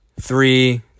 three